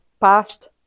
past